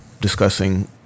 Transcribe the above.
discussing